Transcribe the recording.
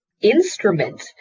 instrument